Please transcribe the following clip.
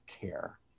care